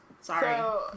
Sorry